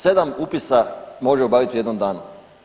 7 upisa može obaviti u jednom danu.